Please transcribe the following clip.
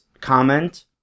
comment